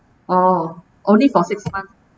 oh only for six months